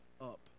up